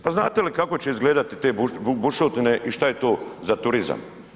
Pa znate li kako će izgledati te bušotine i šta je to za turizam?